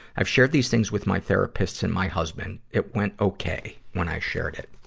i've shared these things with my therapist and my husband. it went okay when i shared it.